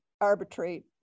arbitrate